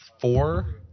four